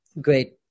great